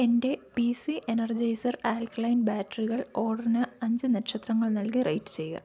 എന്റെ P C Energizer alkaline ബാറ്റ്റികൾ ഓർഡറിന് അഞ്ച് നക്ഷത്രങ്ങൾ നൽകി റേയ്റ്റ് ചെയ്യുക